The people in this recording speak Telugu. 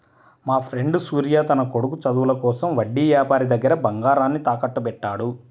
మాఫ్రెండు సూర్య తన కొడుకు చదువుల కోసం వడ్డీ యాపారి దగ్గర బంగారాన్ని తాకట్టుబెట్టాడు